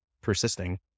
persisting